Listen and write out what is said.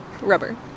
rubber